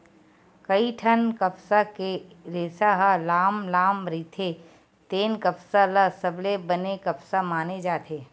कइठन कपसा के रेसा ह लाम लाम रहिथे तेन कपसा ल सबले बने कपसा माने जाथे